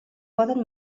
poden